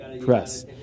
press